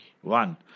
one